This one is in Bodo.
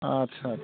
आच्चा आच्चा